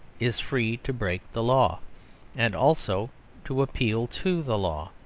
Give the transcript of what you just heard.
is free to break the law and also to appeal to the law.